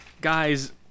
guys